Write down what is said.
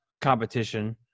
competition